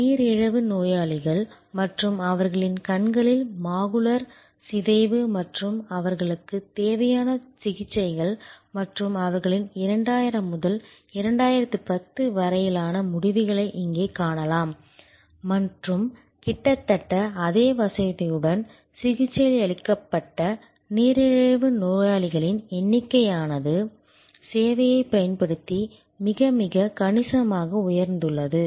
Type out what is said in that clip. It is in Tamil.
நீரிழிவு நோயாளிகள் மற்றும் அவர்களின் கண்களின் மாகுலர் சிதைவு மற்றும் அவர்களுக்குத் தேவையான சிகிச்சைகள் மற்றும் அவர்களின் 2000 முதல் 2010 வரையிலான முடிவுகளை இங்கே காணலாம் மற்றும் கிட்டத்தட்ட அதே வசதியுடன் சிகிச்சையளிக்கப்பட்ட நீரிழிவு நோயாளிகளின் எண்ணிக்கையானது சேவையைப் பயன்படுத்தி மிக மிக கணிசமாக உயர்ந்துள்ளது